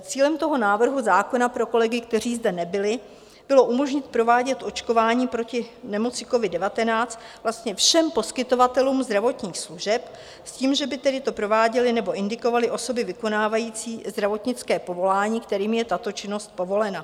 Cílem návrhu zákona pro kolegy, kteří zde nebyli, bylo umožnit provádět očkování proti nemoci covid19 vlastně všem poskytovatelům zdravotních služeb s tím, že by to tedy prováděly nebo indikovaly osoby vykonávající zdravotnické povolání, kterým je tato činnost povolena.